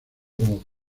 como